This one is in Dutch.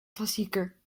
klassieker